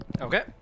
Okay